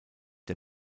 der